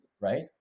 right